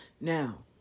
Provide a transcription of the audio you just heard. now